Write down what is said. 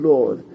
Lord